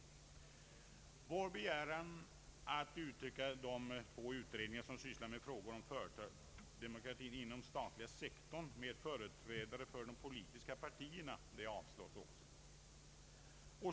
Vår begäran om att utöka de två utredningar, som sysslar med frågor om företagsdemokratin inom den statliga sektorn, med företrädare för de politiska partierna avstyrks.